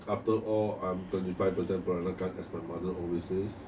after all I'm twenty five percent peranakan as my mother always says